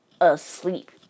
asleep